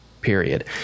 period